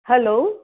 hello